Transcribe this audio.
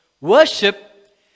Worship